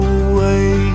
away